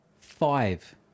Five